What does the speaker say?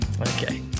okay